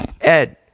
Ed